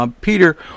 Peter